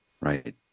Right